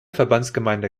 verbandsgemeinde